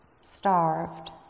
starved